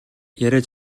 яриа